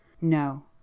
no